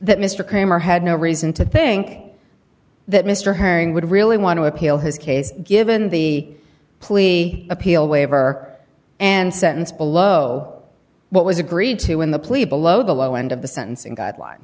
that mr cramer had no reason to think that mr herring would really want to appeal his case given the plea appeal way of r and sentence below what was agreed to in the plead below the low end of the sentencing guidelines